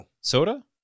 Soda